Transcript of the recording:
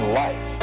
life